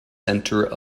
centre